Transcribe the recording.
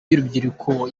y’urubyiruko